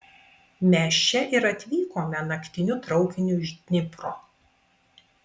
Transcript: mes čia ir atvykome naktiniu traukiniu iš dnipro